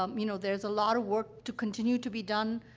um you know, there's a lot of work to continue to be done.